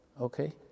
okay